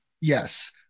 Yes